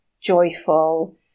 joyful